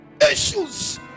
issues